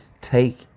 take